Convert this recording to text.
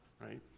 right